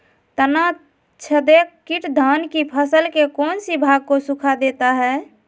तनाछदेक किट धान की फसल के कौन सी भाग को सुखा देता है?